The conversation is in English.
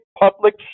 public